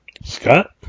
scott